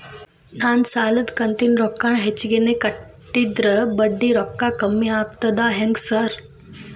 ನಾನ್ ಸಾಲದ ಕಂತಿನ ರೊಕ್ಕಾನ ಹೆಚ್ಚಿಗೆನೇ ಕಟ್ಟಿದ್ರ ಬಡ್ಡಿ ರೊಕ್ಕಾ ಕಮ್ಮಿ ಆಗ್ತದಾ ಹೆಂಗ್ ಸಾರ್?